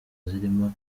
zirimo